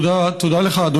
תודה לך.